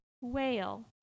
whale